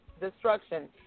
Destruction